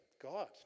God